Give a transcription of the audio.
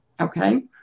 Okay